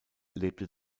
lebte